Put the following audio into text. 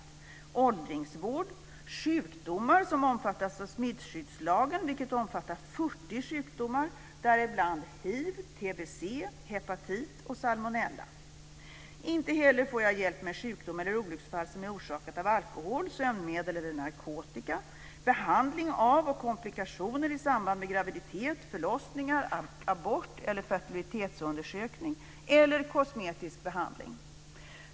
Det gäller också åldringsvård och sjukdomar som omfattas av smittskyddslagen, vilken omfattar 40 Inte heller får jag hjälp med sjukdom eller olycksfall som är orsakad av alkohol, sömnmedel eller narkotika samt behandling av och komplikationer i samband med graviditet, förlossningar, abort eller fertilitetsundersökning eller vid kosmetisk behandling.